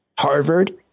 Harvard